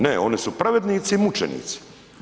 Ne, oni su pravednici i mučenici.